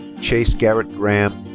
chase garrett graham.